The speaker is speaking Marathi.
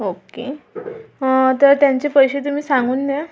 ओके तर त्यांचे पैसे तुम्ही सांगून द्या